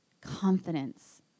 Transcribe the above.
confidence